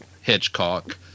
hitchcock